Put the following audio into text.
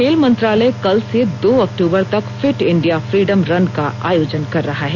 खेल मंत्रालय कल से दो अक्तूबर तक फिट इंडिया फ्रीडम रन का आयोजन कर रहा है